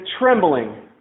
trembling